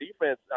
defense